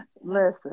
Listen